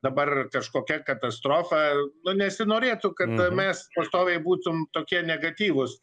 dabar kažkokia katastrofa nu nesinorėtų kad mes pastoviai būtum tokie negatyvūs